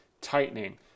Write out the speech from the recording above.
tightening